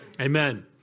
Amen